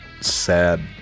sad